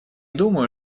думаю